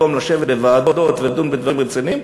במקום לשבת בוועדות ולדון בדברים רציניים,